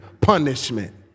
punishment